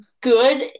good